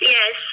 Yes